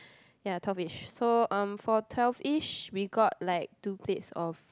ya twelve ish so um for twelve ish we got like two plates of